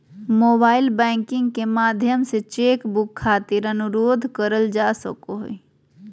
mobile banking के माध्यम से चेक बुक खातिर अनुरोध करल जा सको हय